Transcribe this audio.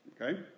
Okay